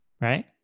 right